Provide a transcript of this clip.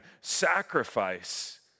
sacrifice